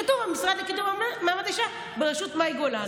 כתוב "המשרד לקידום מעמד האישה בראשות מאי גולן".